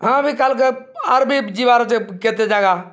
ହଁ ବି କାଲ୍ କେ ଆର୍ ବି ଯିବାର୍ ଅଛେ କେତେ ଜାଗା